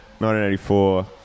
1984